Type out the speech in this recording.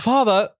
Father